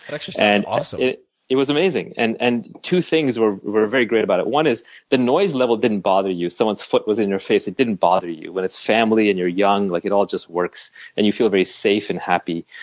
just and ah so sounds it was amazing. and and two things were were very great about it. one is the noise level didn't bother you. someone's foot was in your face, it didn't bother you. when it's family, and you're young, like it all just works and you feel very safe and happy.